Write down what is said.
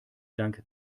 dank